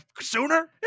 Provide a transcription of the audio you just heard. sooner